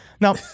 Now